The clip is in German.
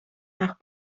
nach